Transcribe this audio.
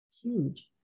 huge